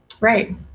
right